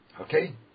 Okay